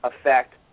affect